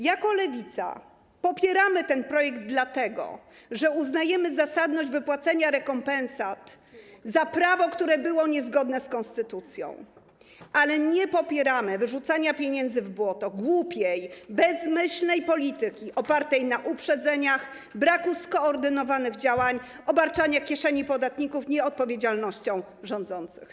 Jako Lewica popieramy ten projekt, dlatego że uznajemy zasadność wypłacenia rekompensat za prawo, które było niezgodne z konstytucją, ale nie popieramy wyrzucania pieniędzy w błoto, głupiej, bezmyślnej polityki opartej na uprzedzeniach, braku skoordynowanych działań, obarczaniu kieszeni podatników nieodpowiedzialnością rządzących.